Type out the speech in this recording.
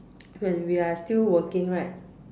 when we are still working right